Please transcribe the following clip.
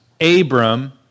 Abram